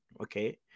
Okay